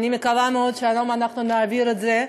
ואני מקווה מאוד שהיום אנחנו נעביר את זה בטרומית.